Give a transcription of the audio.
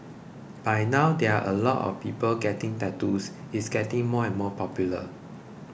by now there are a lot of people getting tattoos it's getting more and more popular